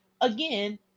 again